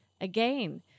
again